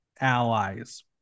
allies